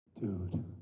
dude